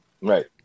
Right